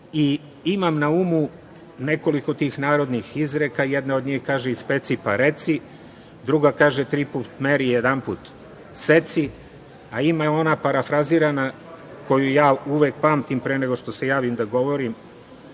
i imam na umu nekoliko tih narednih izreka. Jedna od njih kaže – Ispeci pa reci, druga kaže – Tri puta meri, jedanput seci, a ima ona parafrazirana koju ja uvek pamtim pre nego što se javim da govorim,